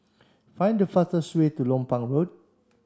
find the fastest way to Lompang Road